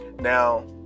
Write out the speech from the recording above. Now